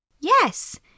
Yes